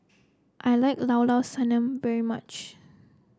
I like Llao Llao Sanum very much